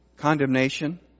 Condemnation